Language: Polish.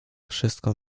wszystko